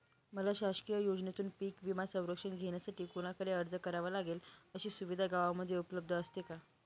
मला शासकीय योजनेतून पीक विमा संरक्षण घेण्यासाठी कुणाकडे अर्ज करावा लागेल? अशी सुविधा गावामध्ये उपलब्ध असते का?